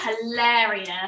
hilarious